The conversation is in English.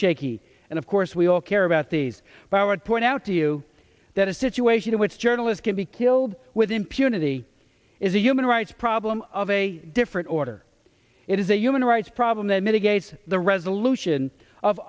shaky and of course we all care about these power to point out to you that a situation in which journalists can be killed with impunity is a human rights problem of a different order it is a human rights problem that mitigates the resolution of